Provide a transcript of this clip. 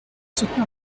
soutenir